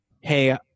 hey